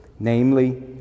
Namely